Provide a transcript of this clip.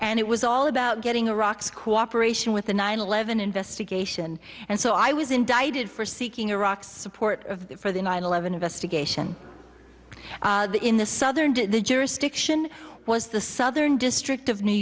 and it was all about getting iraq's cooperation with the nine eleven investigation and so i was indicted for seeking iraq's support of for the nine eleven investigation in the southern the jurisdiction was the southern district of new